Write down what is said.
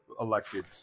elected